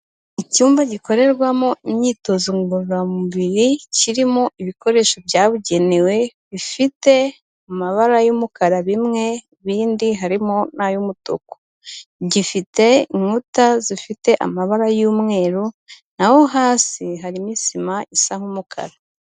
Icyumba gikorerwamo imyitozo ngororamubiri, kirimo ibikoresho byabugenewe, bifite amabara y'umukara bimwe, ibindi harimo n'ay'umutuku. Gifite inkuta zifite amabara y'umweru, n'aho hasi, harimo isima isa nk'umukara.